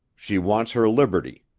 she wants her liberty.